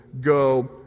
Go